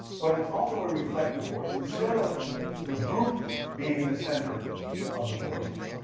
but it's also a reflective voice. instead of the group being the center of the voice,